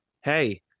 Hey